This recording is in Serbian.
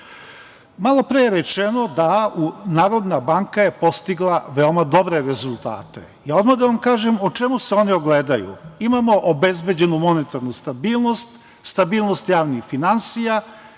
Malopre je rečeno da je Narodna banka postigla veoma dobre rezultate. Odmah da vam kažem u čemu se oni ogledaju. Imamo obezbeđenu monetarnu stabilnost, stabilnost javnih finansija,